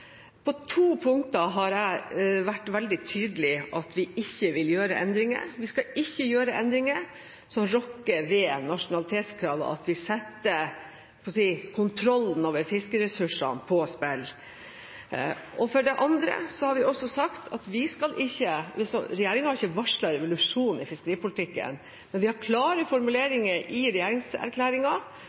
På to punkter har jeg vært veldig tydelig på at vi ikke vil gjøre endringer. Vi skal ikke gjøre endringer som rokker ved nasjonalitetskravet, at vi setter – jeg holdt på å si – kontrollen over fiskeressursene på spill. For det andre – regjeringen har ikke varslet revolusjon i fiskeripolitikken, men vi har klare formuleringer i regjeringserklæringen om at vi skal modernisere lovverket, og vi